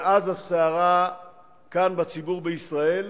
ואז הסערה כאן בציבור בישראל